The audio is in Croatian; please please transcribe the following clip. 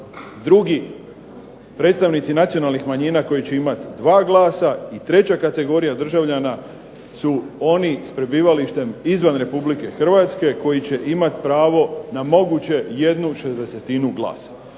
drugi predstavnici nacionalnih manjina koji će imati dva glasa i treća kategorija državljana su oni s prebivalištem izvan Republike Hrvatske koji će imati pravo na moguće jednu šezdesetinu glasa.